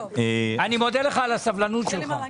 אני מודה לך על הסבלנות שלך.